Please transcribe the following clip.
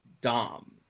Dom